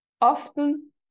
Often